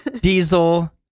Diesel